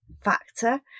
factor